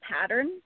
pattern